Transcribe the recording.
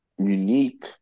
Unique